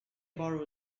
borrow